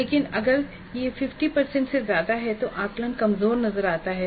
लेकिन अगर यह 50 फीसदी से ज्यादा है तो आकलन कमजोर नजर आता है